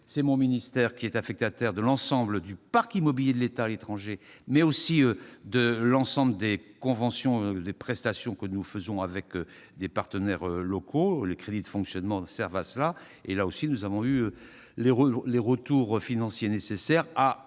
c'est mon ministère qui est affectataire de l'ensemble du parc immobilier de l'État à l'étranger, ainsi que de l'ensemble des conventions de prestations que nous passons avec des partenaires locaux. Les crédits de fonctionnement servent à cela et, là aussi, nous avons eu les retours financiers nécessaires, à